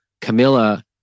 Camilla